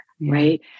right